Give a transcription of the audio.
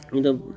ਜਿੱਦਾਂ